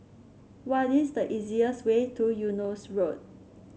what is the easiest way to Eunos Road